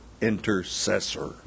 intercessor